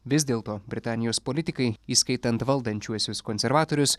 vis dėlto britanijos politikai įskaitant valdančiuosius konservatorius